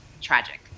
tragic